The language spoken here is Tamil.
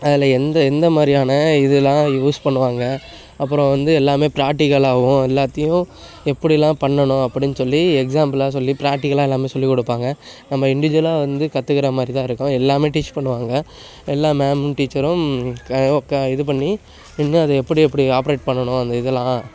அதில் எந்த எந்த மாதிரியான இதுல்லாம் யூஸ் பண்ணுவாங்க அப்புறோம் வந்து எல்லாமே ப்ராக்டிக்கலாகவும் எல்லாத்தையும் எப்படிலாம் பண்ணணும் அப்படின்னு சொல்லி எக்ஸாம்பிளாக சொல்லி ப்ராக்டிக்கலாக எல்லாமே சொல்லிக் கொடுப்பாங்க நம்ம இண்டிவீஜுவலாக வந்து கற்றுக்கற மாதிரி தான் இருக்கும் எல்லாமே டீச் பண்ணுவாங்க எல்லா மேமும் டீச்சரும் க ஒக்கா இது பண்ணி நின்று அதை எப்படி எப்படி ஆப்ரேட் பண்ணணும் அந்த இதுல்லாம்